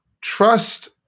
Trust